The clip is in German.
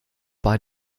bei